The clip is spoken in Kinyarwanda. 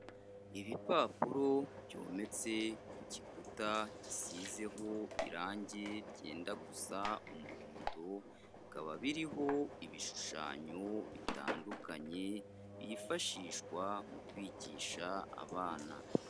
Ibipapuro byometse ku gikuta gisizeho irange ryenda gusa umuhondo, bikaba biriho ibishushanyo bitandukanye byifashishwa mu kwigisha abana.